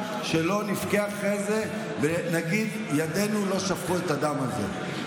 שלא נבכה אחר כך ונגיד: ידינו לא שפכו את הדם הזה.